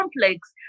complex